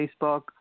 Facebook